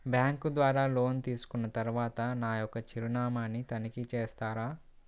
Bank ద్వారా loan తీసుకున్న తరువాత నా యొక్క చిరునామాని తనిఖీ చేస్తారా?